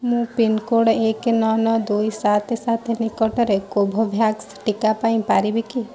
ମୁଁ ପିନ୍କୋଡ଼୍ ଏକ ନଅ ନଅ ଦୁଇ ସାତ ସାତ ନିକଟରେ କୋଭୋଭ୍ୟାକ୍ସ ଟିକା ପାଇପାରିବି କି